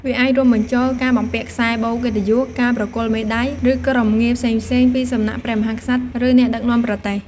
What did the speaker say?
វាអាចរួមបញ្ចូលការបំពាក់ខ្សែបូរកិត្តិយស ការប្រគល់មេដាយ ឬ គោរម្យងារផ្សេងៗពីសំណាក់ព្រះមហាក្សត្រ ឬ អ្នកដឹកនាំប្រទេស។